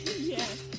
Yes